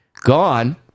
Gone